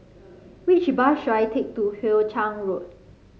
which bus should I take to Hoe Chiang Road